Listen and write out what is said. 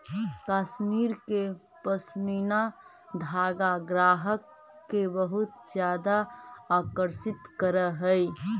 कश्मीर के पशमीना धागा ग्राहक के बहुत ज्यादा आकर्षित करऽ हइ